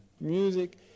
music